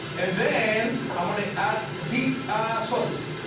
and then i'm going to add the ah sauces.